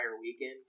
Weekend